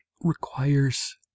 requires